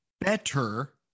better